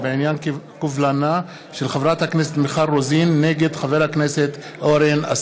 בקריאה ראשונה ותועבר לדיון בוועדת העבודה,